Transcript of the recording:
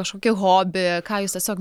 kažkokį hobį ką jūs tiesiog